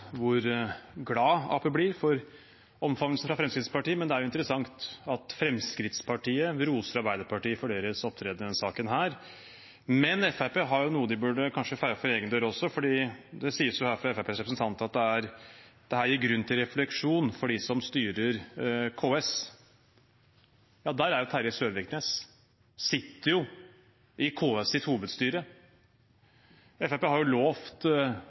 interessant at Fremskrittspartiet roser Arbeiderpartiet for deres opptreden i denne saken. Men Fremskrittspartiet har noe der de kanskje burde feiet for egen dør, for det sies her av Fremskrittspartiets representant at dette gir grunn til refleksjon for dem som styrer KS. Der er jo Terje Søviknes, som sitter i KS’ hovedstyre. Fremskrittspartiet har